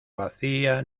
vacía